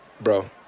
Bro